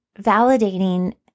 validating